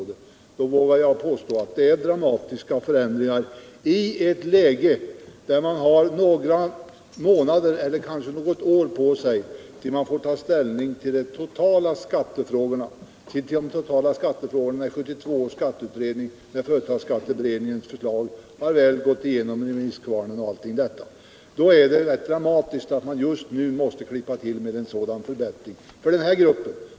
Detta gäller särskilt i ett läge där man har några månader eller kanske något år på sig till dess man får ta ställning till de totala skattefrågorna, dvs. när 1972 års skatteutrednings förslag och företagsskatteberedningens förslag har gått igenom remisskvarnen. Det kan betecknas som rätt dramatiskt att man just nu kan klippa till med en sådan förbättring för den här gruppen.